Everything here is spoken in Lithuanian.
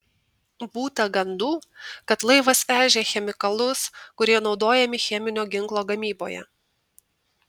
būta gandų kad laivas vežė chemikalus kurie naudojami cheminio ginklo gamyboje